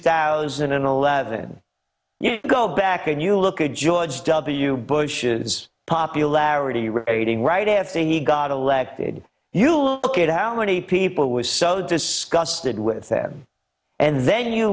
thousand and eleven you go back and you look at george w bush's popularity rating right after he got elected you look at how many people was so disgusted with them and then you